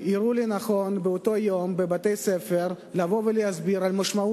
יראו לנכון באותו יום בבתי-הספר לבוא ולהסביר את המשמעות